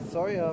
Sorry